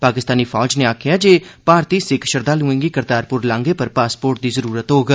पाकिस्तानी फौज नै आक्खेआ ऐ जे भारती सिक्ख्स श्रद्वालुएं गी करतारपर लांघे पर पासपोर्ट दी जरूरत होग